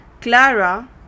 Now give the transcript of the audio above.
Clara